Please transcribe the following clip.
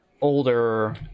older